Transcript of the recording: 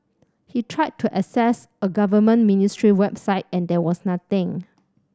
he tried to access a government ministry website and there was nothing